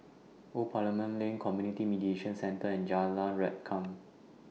Old Parliament Lane Community Mediation Centre and Jalan Rengkam